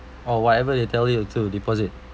or whatever they tell you to deposit